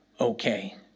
Okay